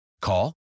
Call